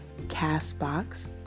Castbox